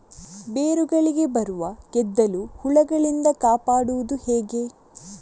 ಬೇರುಗಳಿಗೆ ಬರುವ ಗೆದ್ದಲು ಹುಳಗಳಿಂದ ಕಾಪಾಡುವುದು ಹೇಗೆ?